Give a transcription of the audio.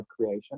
creation